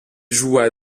joua